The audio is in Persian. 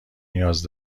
نیاز